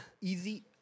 Easy